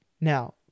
now